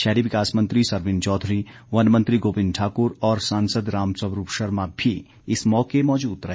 शहरी विकास मंत्री सरवीण चौधरी वन मंत्री गोविंद ठाकुर और सांसद रामस्वरूप शर्मा भी इस मौके मौजूद रहे